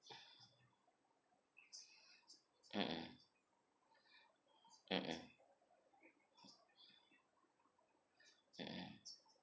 mm mm mm mm mm mm